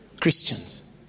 Christians